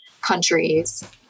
countries